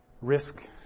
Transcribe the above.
risk